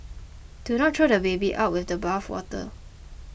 do not throw the baby out with the bathwater